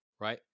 right